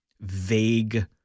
vague